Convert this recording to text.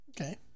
Okay